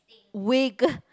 wig